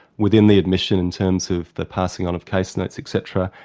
within the admission in terms of the passing on of case notes et cetera,